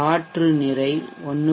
காற்று நிறை 1